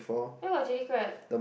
where got chilli crab